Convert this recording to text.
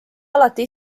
alati